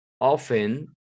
often